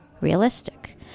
realistic